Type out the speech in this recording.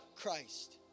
Christ